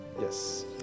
Yes